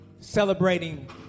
Celebrating